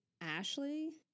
Ashley